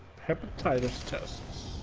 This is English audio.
peptides tests